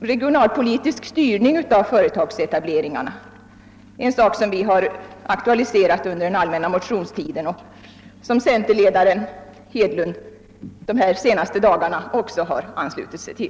regionalpolitisk styrning av = företagsetableringarna — en sak som vi har aktualiserat under den allmänna motionstiden och som centerledaren under de senaste dagarna har anslutit sig till.